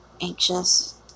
anxious